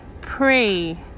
Pray